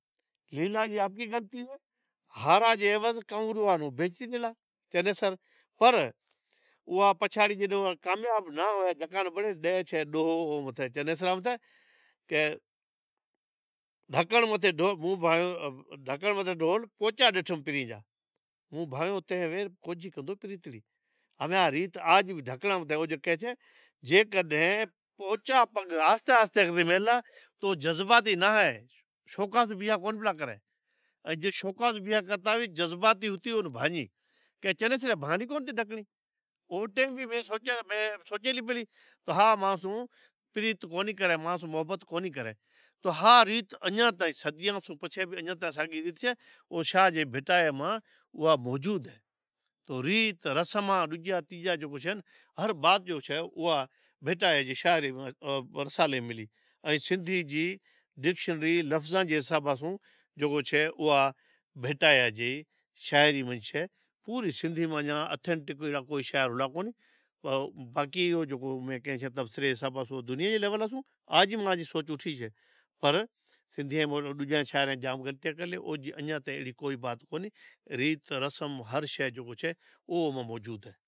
لیلا ری آپری غلطی اے۔ ہاراں روں عیوض کنور نوں بیچتی آلا ڈیلا چنیسر ۔ پر اوئاں پچھاڑی جی کامیاب ناں ہوئے جگاں نیں پڑے ڈے چھے ڈوہ چھی چنیسر متھی۔ کہ ڈھکنڑ متھے ڈھول پوچا ڈٹھم پریں جا، موں بھائنیو تنیں ویل پوچی کندو پریں، ھمین ھا ریت آج بھی جے ڈھنکڑا ماتھے ھی۔ جے پوچا پگ آہستے آہستے میلا تو جذباتی ناں اےشوقاس بیا کونہ پلا کری ۔جی شوقاس بیا کرتہ ھوی تو بجذباتی ھتی بھانجی۔ کہے چنیسر بھالی کونیں ڈھکنڑی او ٹیم میں سوچے لی کہ ہا ای ماں سوں پریت کونی ،کرے محبت کونیں کرے ،تو ہا ریت اجاں تائیں صدیاں سوں پچھے بھی ساگی پئی آوے۔ او شاہ جے بھٹائی ماں او موجود چھے۔ تو ریت رسما جیکو چھے ،ہر بات چھے اوئا بھٹائی جے رسال ماں ملے۔ ائین سندھی جی ڈکشنری لفظاں جے حساباں سوں کہ وہ جکو چھے، او بھٹائی جی شاعری ماں چھے۔ پوری سندھی ماں اتھینٹک شے انجاں کونی کی ہو اے لیول رو چھے آج بھی سوچو پر سندھی ریت رسم ہر چیز جکو چھے